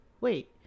wait